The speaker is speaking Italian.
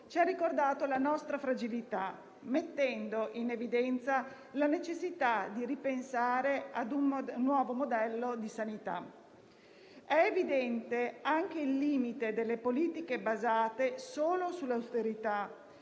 ci ha ricordato la nostra fragilità, mettendo in evidenza la necessità di ripensare a un nuovo modello di sanità. È evidente anche il limite delle politiche basate solo sull'austerità